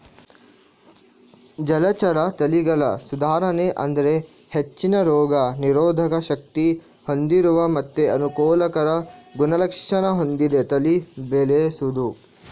ಜಲಚರ ತಳಿಗಳ ಸುಧಾರಣೆ ಅಂದ್ರೆ ಹೆಚ್ಚಿನ ರೋಗ ನಿರೋಧಕ ಶಕ್ತಿ ಹೊಂದಿರುವ ಮತ್ತೆ ಅನುಕೂಲಕರ ಗುಣಲಕ್ಷಣ ಹೊಂದಿದ ತಳಿ ಬೆಳೆಸುದು